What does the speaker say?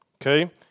okay